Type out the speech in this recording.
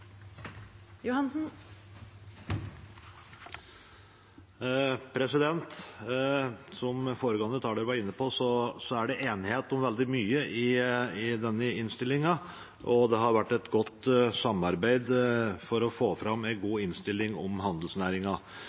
det enighet om veldig mye i denne innstillingen, og det har vært et godt samarbeid for å få fram en god innstilling i denne saken om